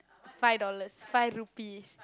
five dollars five rupee